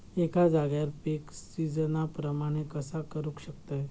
एका जाग्यार पीक सिजना प्रमाणे कसा करुक शकतय?